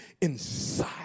inside